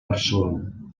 barcelona